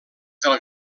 del